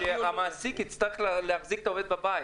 ----- כשהמעסיק יצטרך להחזיק את העובד בבית,